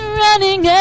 running